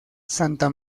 santa